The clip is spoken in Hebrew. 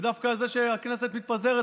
ודווקא זה שהכנסת מתפזרת,